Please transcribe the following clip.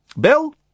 Bill